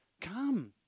Come